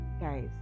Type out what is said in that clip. guys